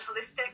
holistic